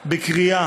בקריאה.